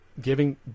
giving